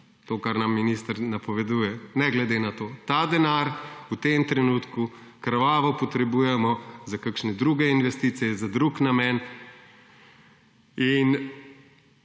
to, kar nam minister napoveduje. Ne glede na to. Ta denar v tem trenutku krvavo potrebujemo za kakšne druge investicije, za drug namen. In